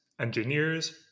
engineers